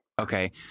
Okay